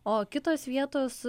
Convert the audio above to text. o kitos vietos